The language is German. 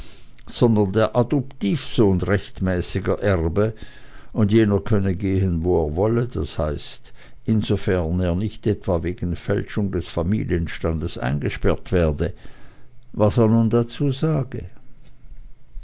sondern der adoptivsohn rechtmäßiger erbe und jener könne gehen wo er wolle das heißt insofern er nicht etwa wegen fälschung des familienstandes eingesperrt werde was er nun dazu sage